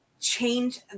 change